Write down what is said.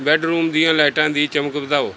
bedroom ਦੀਆਂ ਲਾਈਟਾਂ ਦੀ ਚਮਕ ਵਧਾਓ